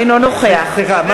אינו נוכח סליחה.